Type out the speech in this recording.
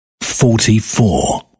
Forty-four